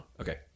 Okay